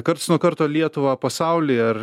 karts nuo karto lietuvą pasaulį ar